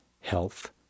health